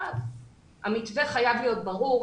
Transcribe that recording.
המתווה חייב להיות ברור,